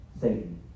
Satan